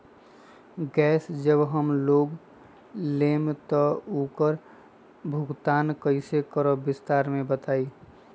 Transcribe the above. Gas जब हम लोग लेम त उकर भुगतान कइसे करम विस्तार मे बताई?